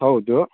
ಹೌದು